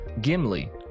Gimli